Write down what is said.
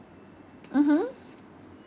mmhmm